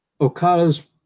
Okada's